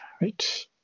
Right